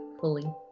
fully